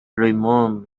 raymond